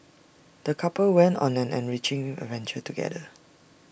the couple went on an enriching adventure together